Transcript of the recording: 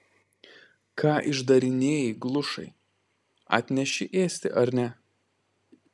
ką išdarinėji glušai atneši ėsti ar ne